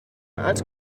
els